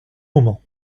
moment